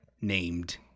named